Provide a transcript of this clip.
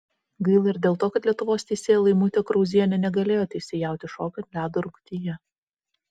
gaila ir dėl to kad lietuvos teisėja laimutė krauzienė negalėjo teisėjauti šokių ant ledo rungtyje